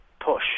push